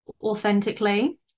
authentically